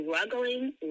struggling